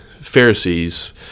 Pharisees